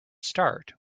start